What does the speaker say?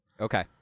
Okay